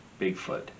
Bigfoot